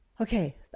Okay